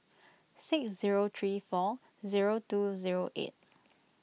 six zero three four zero two zero eight